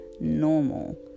normal